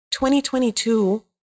2022